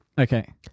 Okay